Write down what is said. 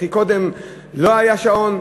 וכי קודם לא היה שעון?